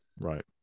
right